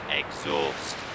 exhaust